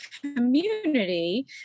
community